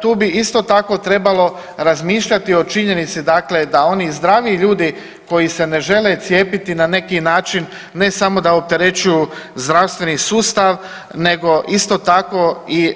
Tu bi isto tako trebalo razmišljati o činjenici dakle da oni zdravi ljudi koji se ne žele cijepiti na neki način ne samo da opterećuju zdravstveni sustav nego isto tako i